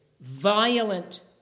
violent